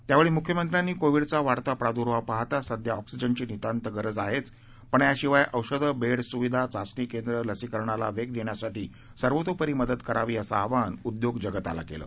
त्यावेळी मुख्यमंत्रयांनी कोविडचा वाढता प्रादुर्भाव पाहता सध्या ऑक्सिजनची नितांत गरज आहेच पण याशिवाय औषधं बेड्स सुविधा चाचणी केंद्र लसीकरणाला वेग देण्यासाठी सर्वतोपरी मदत करावी असं आवाहन उद्योगजगताला केलं